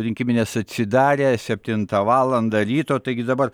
rinkiminės atsidarė septintą valandą ryto taigi dabar